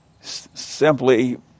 simply